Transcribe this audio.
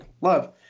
love